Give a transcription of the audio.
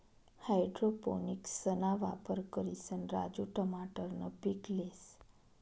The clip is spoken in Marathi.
हाइड्रोपोनिक्सना वापर करिसन राजू टमाटरनं पीक लेस